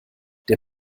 der